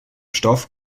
stoff